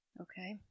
Okay